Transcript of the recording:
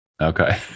Okay